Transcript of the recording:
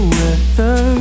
weather